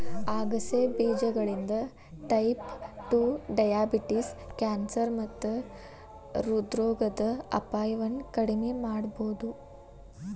ಆಗಸೆ ಬೇಜಗಳಿಂದ type two diabetes, cancer ಮತ್ತ ಹೃದ್ರೋಗದ ಅಪಾಯವನ್ನ ಕಡಿಮಿ ಮಾಡಬೋದು